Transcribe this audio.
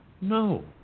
No